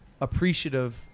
appreciative